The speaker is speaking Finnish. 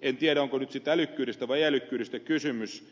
en tiedä onko nyt sitten älykkyydestä vai ei älykkyydestä kysymys